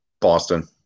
Boston